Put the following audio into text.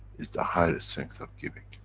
is the higher strength of giving,